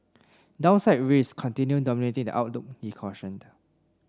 downside risks continue dominating the outlook he cautioned